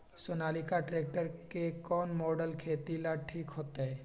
Sonalika tractor के कौन model खेती ला ठीक होतै?